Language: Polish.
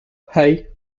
hej